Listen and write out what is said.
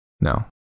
No